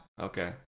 Okay